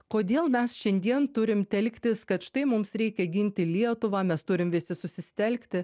kodėl mes šiandien turim telktis kad štai mums reikia ginti lietuvą mes turim visi susistelkti